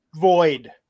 void